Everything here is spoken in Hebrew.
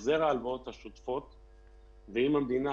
שימו לב מה קרה כאן.